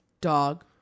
Dog